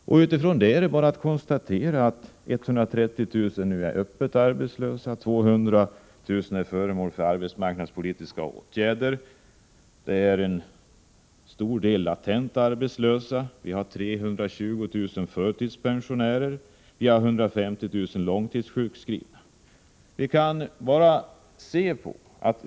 Utifrån denna utgångspunkt är det bara att konstatera att 130 000 nu är öppet arbetslösa, att 200 000 är föremål för arbetsmarknadspolitiska åtgärder, att det finns en stor del latent arbetslösa och att det finns 320 000 förtidspensionärer och 150 000 långtidssjukskrivna.